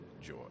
joy